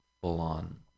full-on